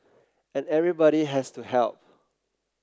and everybody has to help